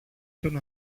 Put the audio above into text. τον